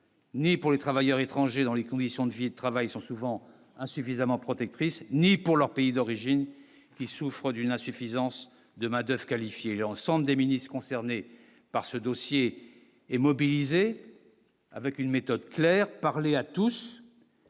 Ni pour les travailleurs étrangers dans les conditions de vie et de travail sont souvent insuffisamment protectrice, ni pour leur pays d'origine, qui souffre d'une insuffisance de Madoff qualifié l'ensemble des ministres concernés par ce dossier et mobilisé avec une méthode claire parler à tous.